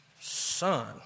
son